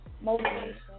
motivation